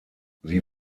sie